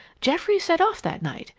geoffrey set off that night,